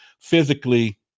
physically